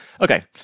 Okay